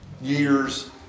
years